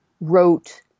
wrote